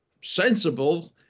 sensible